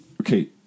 okay